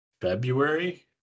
February